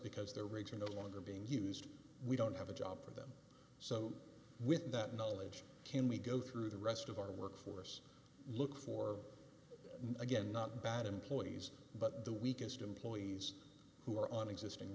because their rigs are no longer being used we don't have a job for them so with that knowledge can we go through the rest of our workforce look for again not bad employees but the weakest employees who are on existing